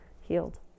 healed